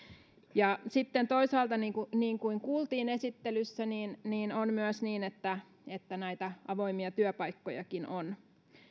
ja sitten toisaalta niin kuin niin kuin kuultiin esittelyssä on myös niin että että näitä avoimia työpaikkojakin on